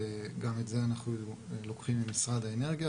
גם את זה אנחנו לוקחים ממשרד האנרגיה,